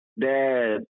dad